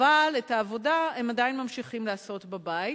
אבל את העבודה הם עדיין ממשיכים לעשות בבית.